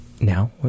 now